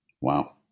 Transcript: wow